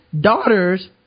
daughter's